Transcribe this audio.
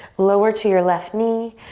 lower to your left knee.